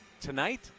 Tonight